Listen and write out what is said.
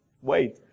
wait